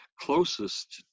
closest